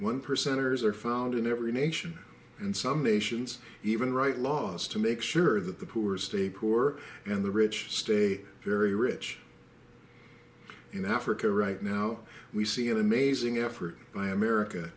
one percenters are found in every nation and some nations even write laws to make sure that the poor stay poor and the rich stay very rich in africa right now we see an amazing effort by america